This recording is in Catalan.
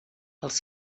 els